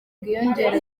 bwiyongera